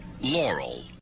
Laurel